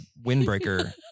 windbreaker